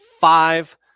five